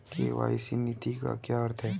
KYC नीति का क्या अर्थ है?